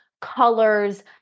colors